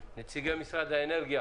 נציגי משרד האנרגיה